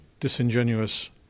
disingenuous